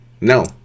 No